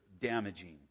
damaging